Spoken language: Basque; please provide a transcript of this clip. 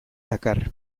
dakar